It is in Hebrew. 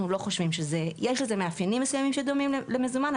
אנחנו חושבים שיש לזה מאפיינים מסוימים שדומים למזומן,